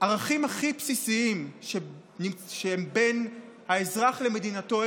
בערכים הכי בסיסיים שבין האזרח למדינתו.